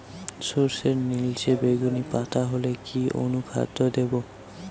সরর্ষের নিলচে বেগুনি পাতা হলে কি অনুখাদ্য দেবো?